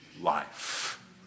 life